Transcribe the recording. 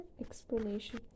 explanation